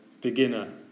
beginner